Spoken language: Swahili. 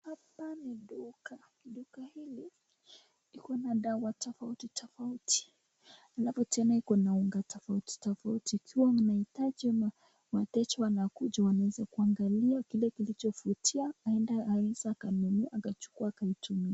Hapa ni duka. Duka hili liko na dawa tofauti tofauti na alafu tena liko na unga tofauti tofauti. Ikiwa wanahitaji ama wateja wanakuja wanaweza kuangalia kile kilichovutia aende akaweze kununua akakichukua akakitum.